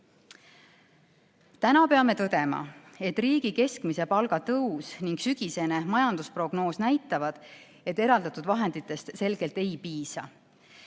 Peame tõdema, et riigi keskmise palga tõus ning sügisene majandusprognoos näitavad, et eraldatud vahenditest selgelt ei piisa.